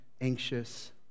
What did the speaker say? anxious